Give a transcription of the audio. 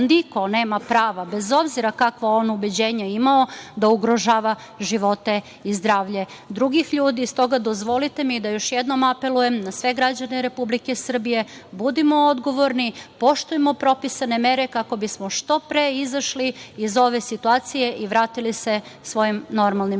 niko nema prava bez obzira kakvo on ubeđenje imao da ugrožava živote i zdravlje drugih ljudi. Stoga dozvolite mi da još jednom apelujem na sve građane Republike Srbije, budimo odgovorni, poštujmo propisane mere kako bismo što pre izašli iz ove situacije i vratili se svojim normalnim